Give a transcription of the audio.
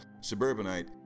suburbanite